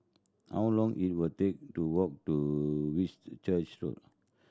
how long it were take to walk to Whitchurch Road